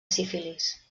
sífilis